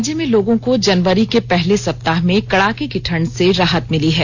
राज्य में लोगों को जनवरी के पहले सप्ताह में कड़ाके की ठंड से राहत मिली है